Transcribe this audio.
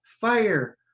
fire